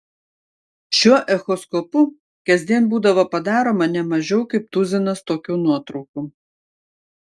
šiuo echoskopu kasdien būdavo padaroma ne mažiau kaip tuzinas tokių nuotraukų